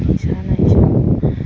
ꯏꯁꯥꯅ ꯏꯁꯥꯕꯨ